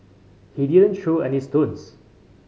he didn't throw any stones